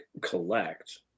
collect